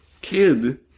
kid